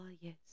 yes